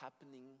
happening